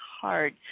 hard